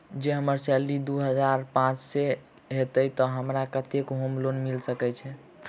जँ हम्मर सैलरी दु हजार पांच सै हएत तऽ हमरा केतना होम लोन मिल सकै है?